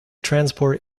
transport